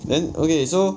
then okay so